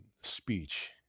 speech